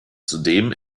zudem